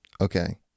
Okay